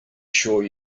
sure